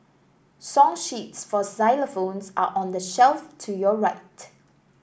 song sheets for xylophones are on the shelf to your right